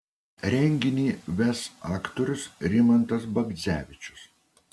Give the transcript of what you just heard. renginį ves aktorius rimantas bagdzevičius